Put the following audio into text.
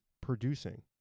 producing